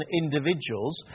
individuals